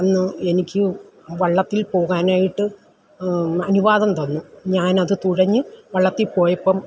അന്ന് എനിക്ക് വള്ളത്തിൽ പോകാനായിട്ട് അനുവാദം തന്ന് ഞാനത് തുഴഞ്ഞ് വള്ളത്തിൽ പോയപ്പം